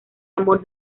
amor